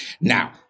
Now